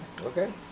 Okay